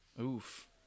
oof